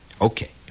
Okay